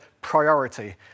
priority